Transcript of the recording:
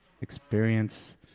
experience